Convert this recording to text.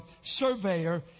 surveyor